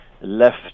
left